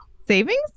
savings